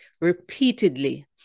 repeatedly